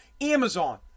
Amazon